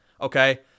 Okay